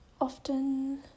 Often